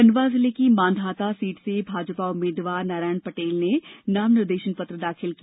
खंडवा जिले की मानधाता सीट से भाजपा उम्मीद्वार नारायण पटेल ने पुनासा में नाम निर्देशन पत्र दाखिल किया